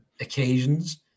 occasions